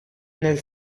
nel